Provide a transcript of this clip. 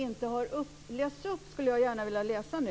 Jag skulle gärna vilja läsa upp följande som